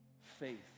faith